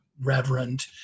reverend